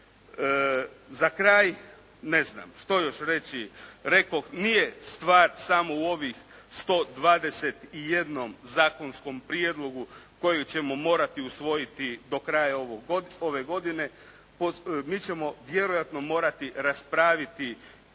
Za kraj, ne znam. Što još reći. Rekoh nije stvar samo u ovih 121 zakonskom prijedlogu kojeg ćemo morati usvojiti do kraja ove godine. Mi ćemo vjerojatno morati raspraviti